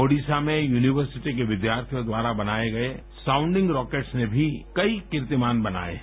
ओड़िशा में यूनिवर्सिटी के विद्याथियों द्वारा बनाए गए साजन्डिंग रॉकेट्स ने भी कई कीर्तिमान बनाए हैं